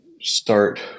start